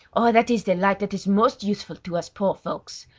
oh! that is the light that is most useful to us poor folks.